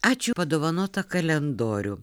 ačiū padovanotą kalendorių